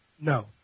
No